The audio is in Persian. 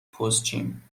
پستچیم